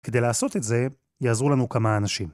כדי לעשות את זה יעזרו לנו כמה אנשים.